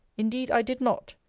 indeed i did not.